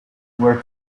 where